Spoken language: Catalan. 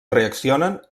reaccionen